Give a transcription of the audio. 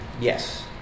Yes